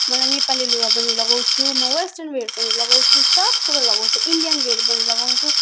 मलाई नेपाली लुगा पनि लगाउँछु म वेस्टर्न वेर पनि लगाउँछु सब कुरो लगाउँछु इन्डियान वेर पनि लगाउँछु